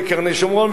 ולא בקרני-שומרון,